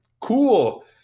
Cool